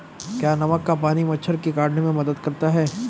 क्या नमक का पानी मच्छर के काटने में मदद करता है?